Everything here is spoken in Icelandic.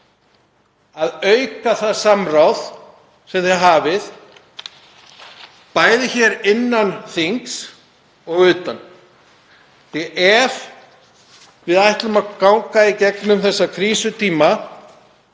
að auka það samráð sem þeir hafa, bæði innan þings og utan. Ef við ætlum að komast í gegnum þessa krísutíma